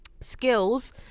skills